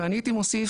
ואני הייתי מוסיף,